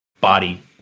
body